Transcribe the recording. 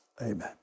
Amen